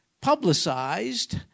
publicized